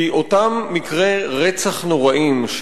כי אותם מקרי רצח נוראיים,